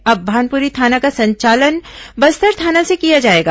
अब भानपुरी थाना का संचालन बस्तर थाना से किया जाएगा